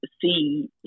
see